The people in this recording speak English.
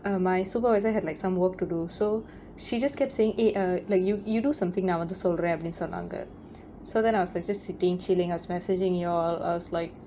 um my supervisor had like some work to do so she just kept saying eh err like you you do something நா வந்து சொல்றேன் அப்படின்னு சொன்னாங்க:naa vanthu solraen appadinnu sonnaanga so then I was like sitting chilling I was messaging you all I was like